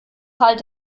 halt